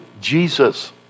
Jesus